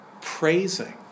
praising